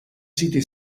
siti